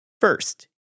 First